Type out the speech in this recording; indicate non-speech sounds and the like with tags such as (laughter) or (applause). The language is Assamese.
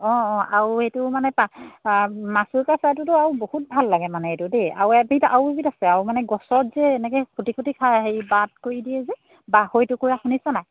অঁ অঁ আৰু এইটো মানে (unintelligible) মাছোৰোকা চৰাইটোতো আৰু বহুত ভাল লাগে মানে এইটো দেই আৰু এবিধ আৰু এবিধ আছে আৰু মানে গছত যে এনেকৈ খুটি খুটি খাই হেৰি বাট কৰি দিয়ে যে বাঢ়ৈটোকা শুনিছে নাই